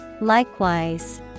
Likewise